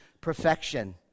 perfection